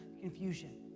confusion